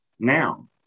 now